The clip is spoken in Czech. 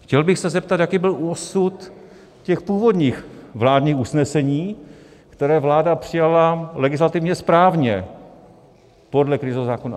Chtěl bych se zeptat, jaký byl osud těch původních vládních usnesení, která vláda přijala legislativně správně podle krizového zákona.